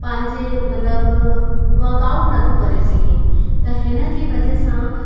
पंहिंजे मतिलबु वर्कआउट नथो करे सघे त हिन जी वजह सां